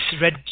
red